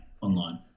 online